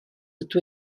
ydw